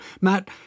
Matt